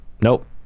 nope